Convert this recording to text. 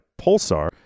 Pulsar